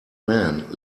man